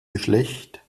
geschlecht